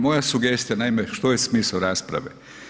Moja sugestija, naime što je smisao rasprave?